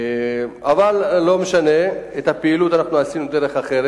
אבל לא משנה, את הפעילות אנחנו עשינו בדרך אחרת.